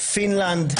פינלנד,